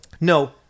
no